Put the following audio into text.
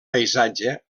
paisatge